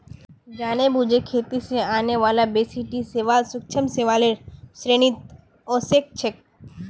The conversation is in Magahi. जानेबुझे खेती स जाने बाला बेसी टी शैवाल सूक्ष्म शैवालेर श्रेणीत ओसेक छेक